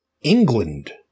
England